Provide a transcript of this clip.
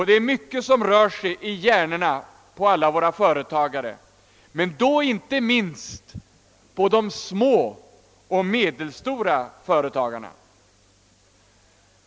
Det är mycket som rör sig i hjärnorna hos alla våra företagare — jag tänker då inte minst på de små och medelstora företagarna.